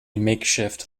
makeshift